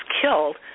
killed